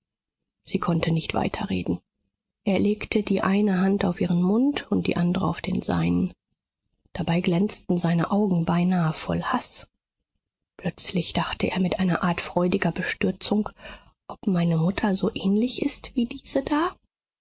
sie konnte nicht weiterreden er legte die eine hand auf ihren mund und die andre auf den seinen dabei glänzten seine augen beinahe voll haß plötzlich dachte er mit einer art freudiger bestürzung ob meine mutter so ähnlich ist wie diese da